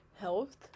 health